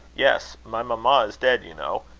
yes my mamma is dead, you know.